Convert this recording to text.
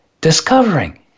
discovering